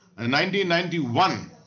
1991